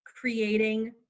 creating